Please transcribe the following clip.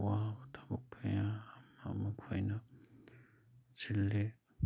ꯑꯋꯥꯕ ꯊꯕꯛ ꯀꯌꯥ ꯑꯃ ꯃꯈꯣꯏꯅ ꯁꯤꯜꯂꯤ